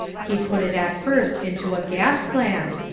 he put it at first into a gas plant,